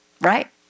right